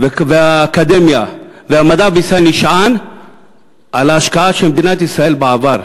והאקדמיה והמדע בישראל נשענים על ההשקעה של מדינת ישראל בעבר.